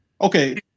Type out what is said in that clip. Okay